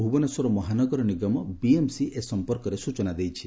Bhubaneswar Mahanagar Nigam BMC ଏ ସମ୍ପର୍କରେ ସ୍ତଚନା ଦେଇଛି